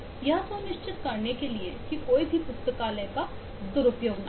यह सुनिश्चित करने के लिए कि कोई भी पुस्तकालय का दुरुपयोग न करे